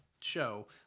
show